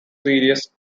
serious